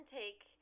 take